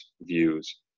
views